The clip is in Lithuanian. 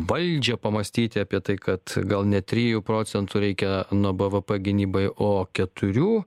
valdžią pamąstyti apie tai kad gal ne trijų procentų reikia nuo bvp gynybai o keturių